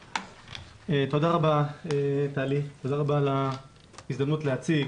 תודה רבה, טלי, תודה רבה על ההזדמנות להציג.